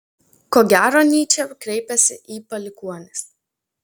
ko gero nyčė kreipiasi į palikuonis